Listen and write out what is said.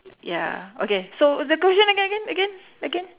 ya okay so the question again again again again